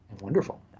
wonderful